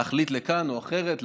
להחליט לכאן או אחרת,